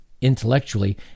Intellectually